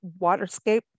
waterscape